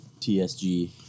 TSG